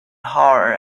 horror